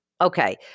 Okay